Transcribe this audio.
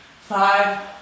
Five